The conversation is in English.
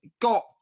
got